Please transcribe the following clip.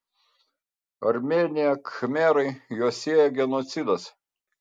armėnija khmerai juos sieja genocidas